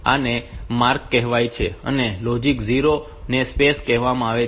તેથી આને માર્ક કહેવાય છે અને લોજીક 0 ને સ્પેસ કહેવાય છે